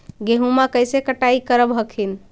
गेहुमा कैसे कटाई करब हखिन?